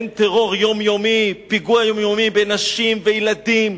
אין טרור יומיומי, פיגוע יומיומי בנשים, בילדים,